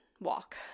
walk